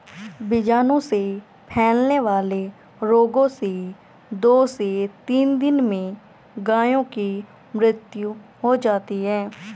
बीजाणु से फैलने वाले रोगों से दो से तीन दिन में गायों की मृत्यु हो जाती है